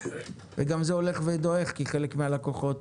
וגם הם הולכים ודועכים כי חלק מהלקוחות